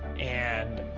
and,